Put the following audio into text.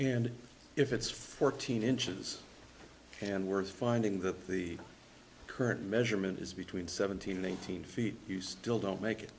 and if it's fourteen inches and we're finding that the current measurement is between seventeen and eighteen feet you still don't make it